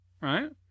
Right